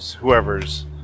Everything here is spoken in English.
whoever's